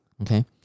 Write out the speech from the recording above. Okay